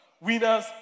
Winners